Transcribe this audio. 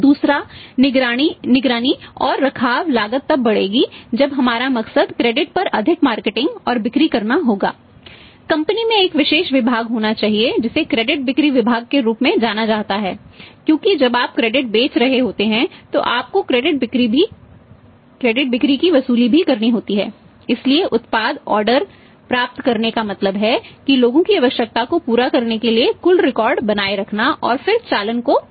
दूसरा निगरानी और रखाव लागत तब बढ़ेगी जब हमारा मकसद क्रेडिट बनाए रखना और फिर चालान को संरक्षित करना